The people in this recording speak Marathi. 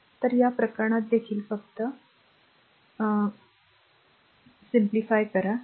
तर या प्रकरणात देखील फक्त 1 मिनिट मला घेऊ द्या मी कोणतीही चूक करू नये